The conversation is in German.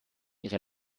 ihre